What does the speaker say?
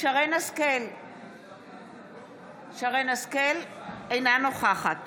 שרן מרים השכל, אינה נוכחת